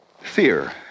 Fear